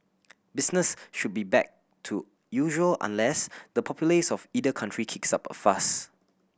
business should be back to usual unless the populace of either country kicks up a fuss